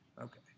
Okay